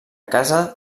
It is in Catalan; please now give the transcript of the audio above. casa